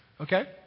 Okay